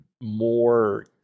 more